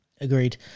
Agreed